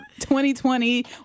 2020